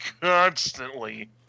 constantly